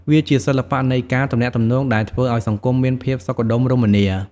វាជាសិល្បៈនៃការទំនាក់ទំនងដែលធ្វើឲ្យសង្គមមានភាពសុខដុមរមនា។